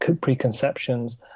preconceptions